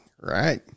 Right